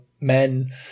men